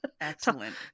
excellent